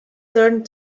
turned